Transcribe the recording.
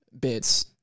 bits